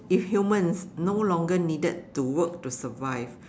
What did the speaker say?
if humans no longer needed to work to survive